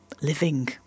living